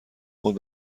خود